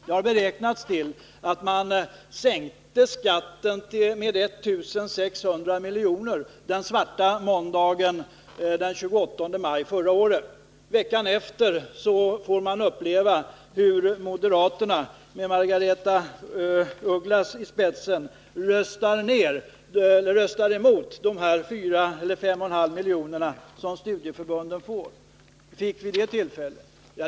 Det har beräknats att man sänkte skatten med 1600 milj.kr. den svarta måndagen den 28 maj förra året. Veckan efter fick vi uppleva hur moderaterna, med Margaretha af Ugglas i spetsen, röstade emot de 5,5 miljoner som studieförbunden fick vid det tillfället.